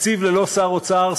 תקציב ללא שר אוצר.